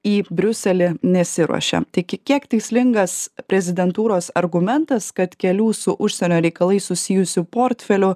į briuselį nesiruošia taigi kiek tikslingas prezidentūros argumentas kad kelių su užsienio reikalais susijusių portfelių